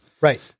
Right